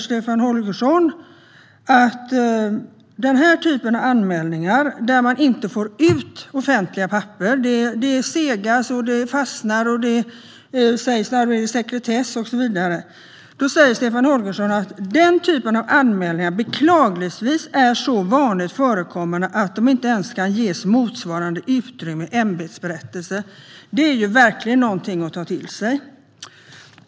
Stefan Holgersson säger att det slags anmälningar som gäller när man inte får ut offentliga papper "beklagligtvis är så vanligt förekommande att de inte kan ges motsvarande utrymme i ämbetsberättelsen". Det segas och det fastnar, man talar om sekretess och så vidare. Detta är verkligen något att ta till sig.